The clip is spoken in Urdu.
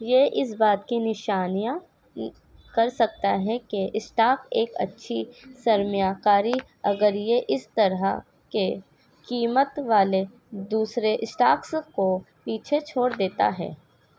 یہ اس بات کی نشانیاں کر سکتا ہے کہ اسٹاک ایک اچھی سرمیہ کاری اگر یہ اس طرح کے قیمت والے دوسرے اسٹاکس کو پیچھے چھوڑ دیتا ہے